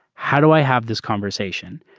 how do i have this conversation.